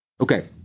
Okay